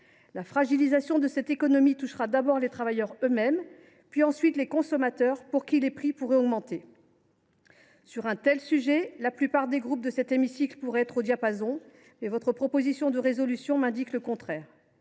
La fragilisation de cette économie touchera tout d’abord les travailleurs eux mêmes, puis les consommateurs, pour qui les prix pourraient augmenter. Sur un tel sujet, la plupart des groupes de cet hémicycle pourraient être au diapason, mais votre proposition de résolution nous indique le contraire.